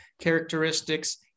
characteristics